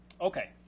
Okay